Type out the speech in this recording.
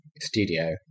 studio